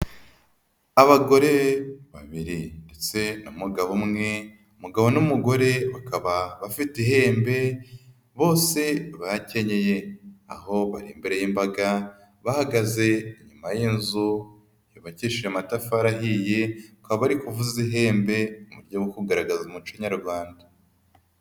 Abagore babiri ndetse n'umugabo umwe umugabo n'umugore bakaba bafite ihembe bose bakenyeye, aho imbere y'imbaga bahagaze inyuma y'inzu yubakisheje amatafari ahiye, bakaba ari kuvuza ihembe mu buryo bwo kugaragaza umuco Nyarwanda.